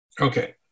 Okay